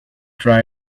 dry